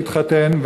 להתחתן,